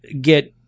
get